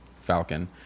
falcon